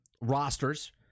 rosters